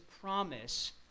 promise